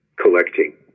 collecting